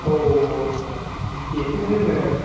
औ औ बेखौ जोङो